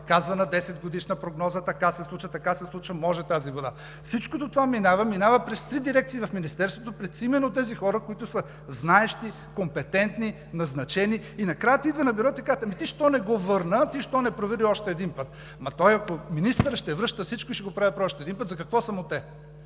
Казва на десетгодишна прогноза: така се случва, така се случва, може тази вода. Всичкото това минава, минава през три дирекции в Министерството, през именно тези хора, знаещи, компетентни, назначени и накрая ти идва на бюрото и ти казват: ами ти защо не го върна? Защо не провери още един път? Ако той – министърът, ще връща всичко и ще го прави още един път, за какво са му те?